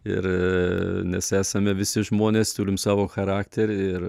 ir nes esame visi žmonės turim savo charakterį ir